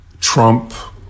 Trump